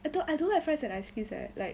I don't I don't like fries and ice cream eh like